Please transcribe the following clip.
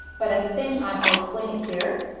but at the same time, i'll explain it here.